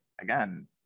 again